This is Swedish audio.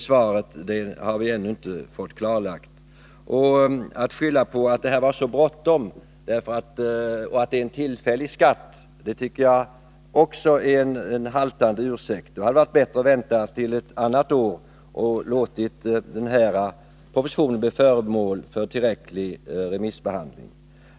Där har vi ännu inte fått något klarläggande svar. Att skylla på att det var så bråttom och att det är en tillfällig skatt tycker jag också är en haltande ursäkt. Då hade det varit bättre att vänta till ett annat år för att låta propositionen bli föremål för en tillräcklig remissbehandling.